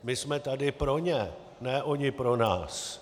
My jsme tady pro ně, ne oni pro nás.